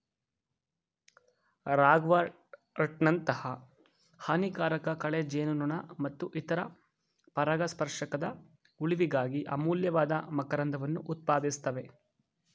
ರಾಗ್ವರ್ಟ್ನಂತಹ ಹಾನಿಕಾರಕ ಕಳೆ ಜೇನುನೊಣ ಮತ್ತು ಇತರ ಪರಾಗಸ್ಪರ್ಶಕದ ಉಳಿವಿಗಾಗಿ ಅಮೂಲ್ಯವಾದ ಮಕರಂದವನ್ನು ಉತ್ಪಾದಿಸ್ತವೆ